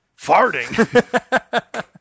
Farting